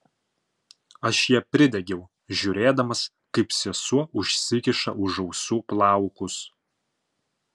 aš ją pridegiau žiūrėdamas kaip sesuo užsikiša už ausų plaukus